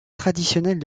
traditionnelles